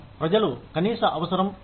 ప్రజలు కనీసఅవసరం లేదు